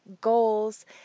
goals